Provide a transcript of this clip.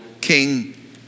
king